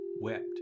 wept